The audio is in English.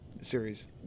Series